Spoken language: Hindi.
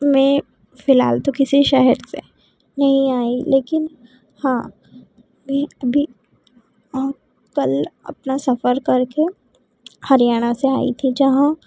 मैं फिलहाल तो किसी शहर से नहीं आई लेकिन हाँ मैं अभी कल अपना सफर करके हरियाणा से आई थी जहाँ